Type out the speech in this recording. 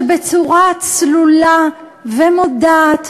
שבצורה צלולה ומודעת,